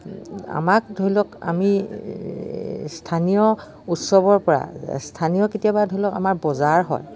আমাক ধৰি লওক আমি স্থানীয় উৎসৱৰপৰা স্থানীয় কেতিয়াবা ধৰি লওক আমাৰ বজাৰ হয়